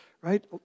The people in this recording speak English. right